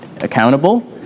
accountable